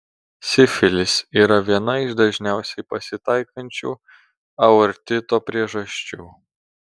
sifilis yra viena iš dažniausiai pasitaikančių aortito priežasčių